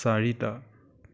চাৰিটা